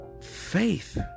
faith